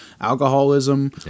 alcoholism